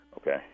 Okay